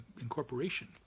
incorporation